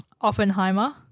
Oppenheimer